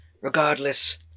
Regardless